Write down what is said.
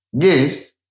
Yes